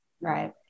Right